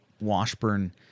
Washburn